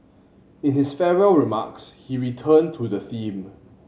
in his farewell remarks he returned to the theme